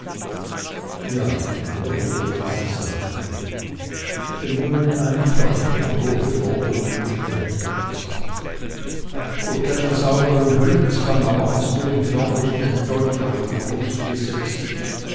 ja erwiderte sie sachte wenn du eine einfache sogar grobe forderung gestellt hättest durch deinen saubern höllenzwang aber hast du ihm förmlich den dolch auf die brust gesetzt